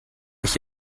ich